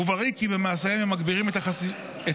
וברי כי במעשיהם הם מגבירים את החשיפה